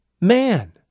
man